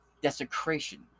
Desecration